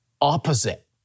opposite